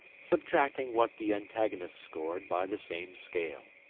subtracting what the antagonist scored by the same scale.